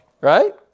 Right